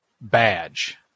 badge